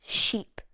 sheep